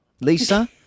Lisa